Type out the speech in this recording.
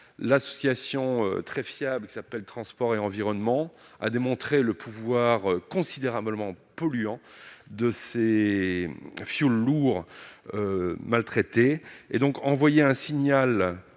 l'association très fiable, qui s'appelle Transport et Environnement a démontré le pouvoir considérablement polluants de c'est fioul lourd maltraités et donc envoyer un signal